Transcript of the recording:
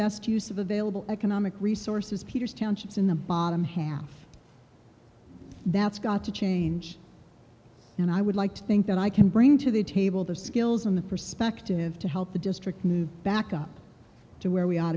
best use of available economic resources peters townships in the bottom half that's got to change and i would like to think that i can bring to the table the skills and the perspective to help the district move back up to where we ought